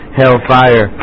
hellfire